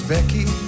Becky